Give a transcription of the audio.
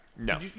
No